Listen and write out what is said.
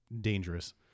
dangerous